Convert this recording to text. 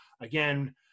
again